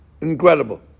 Incredible